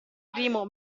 primo